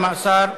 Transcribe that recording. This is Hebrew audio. ממאסר(תיקון),